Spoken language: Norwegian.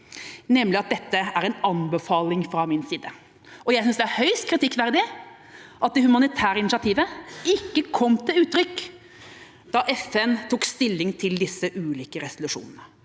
nemlig at dette er en anbefaling fra min side. Jeg synes det er høyst kritikkverdig at det humanitære initiativet ikke kom til uttrykk da FN tok stilling til disse ulike resolusjonene.